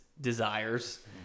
desires